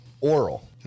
Oral